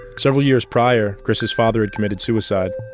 several years prior, chris's father and committed suicide.